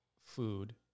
food